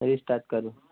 restart કરું